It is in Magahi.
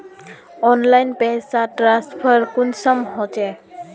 ऑनलाइन पैसा ट्रांसफर कुंसम होचे?